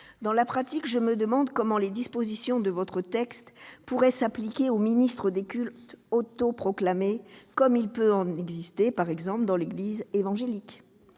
Dans la pratique, je me demande comment les dispositions de votre texte pourraient s'appliquer aux ministres des cultes autoproclamés, comme il peut en exister, par exemple, dans l'église évangélique.